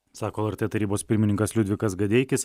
sako lrt tarybos pirmininkas liudvikas gadeikis